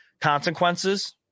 consequences